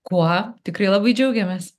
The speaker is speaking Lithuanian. kuo tikrai labai džiaugiamės